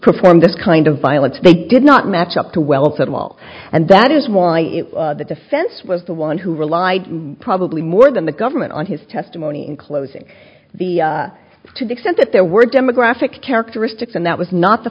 perform this kind of violence they did not match up to wealth at all and that is why the defense was the one who relied probably more than the government on his testimony in closing the to the extent that there were demographic characteristics and that was not the